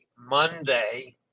Monday